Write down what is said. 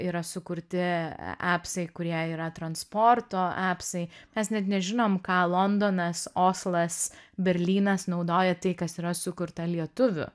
yra sukurti epsai kurie yra transporto epsai mes net nežinom ką londonas oslas berlynas naudoja tai kas yra sukurta lietuvių